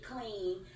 clean